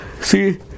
See